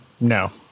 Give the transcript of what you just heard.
No